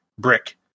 Brick